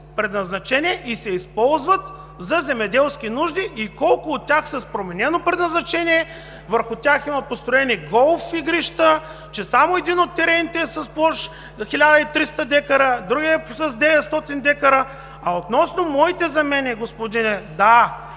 предназначение, и се използват за земеделски нужди, колко от тях са с променено предназначение – върху тях има построени голф игрища, че само един от терените е с площ от 1300 декара, а другия е с 900 декара? А относно моите замени, господине – да,